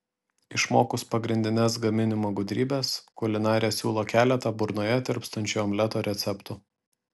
išmokus pagrindines gaminimo gudrybes kulinarė siūlo keletą burnoje tirpstančio omleto receptų